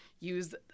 use